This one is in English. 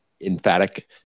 emphatic